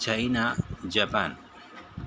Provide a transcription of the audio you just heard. China Japan